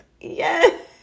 Yes